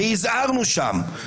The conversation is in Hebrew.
והזהרנו שם,